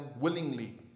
willingly